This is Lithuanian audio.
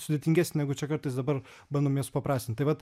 sudėtingesnė negu čia kartais dabar bandom ją supaprastint tai vat